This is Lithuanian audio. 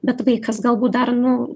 bet vaikas galbūt dar nu